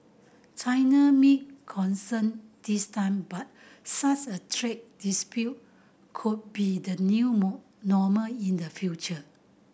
China might concede this time but such a trade dispute could be the new normal in the future